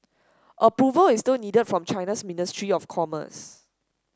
approval is still needed from China's ministry of commerce